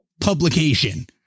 publication